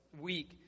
week